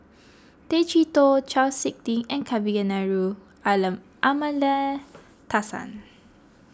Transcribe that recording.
Tay Chee Toh Chau Sik Ting and Kavignareru Amallathasan